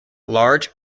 large